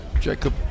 Jacob